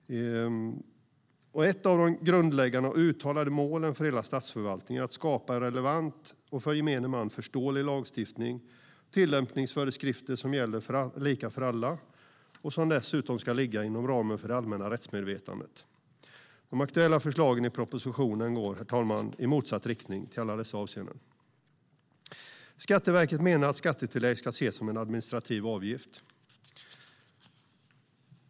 Ett av de grundläggande och uttalade målen för hela statsförvaltningen är att skapa en relevant och för gemene man förståelig lagstiftning och tillämpningsföreskrifter som gäller lika för alla och som dessutom ligger inom ramen för det allmänna rättsmedvetandet. De aktuella förslagen i propositionen går, herr talman, i motsatt riktning i alla dessa avseenden. Skatteverket menar att skattetillägg ska ses som en administrativ avgift.